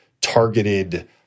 targeted